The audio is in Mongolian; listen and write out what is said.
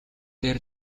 дээр